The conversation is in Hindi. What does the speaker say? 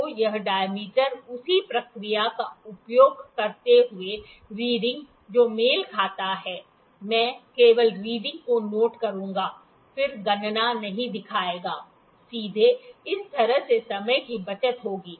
तो यह डाय्मीटर उसी प्रक्रिया का उपयोग करते हुए रीडिंग जो मेल खाता है मैं केवल रीडिंग को नोट करूंगा फिर गणना नहीं दिखाएगा सीधे इस तरह से समय की बचत होगी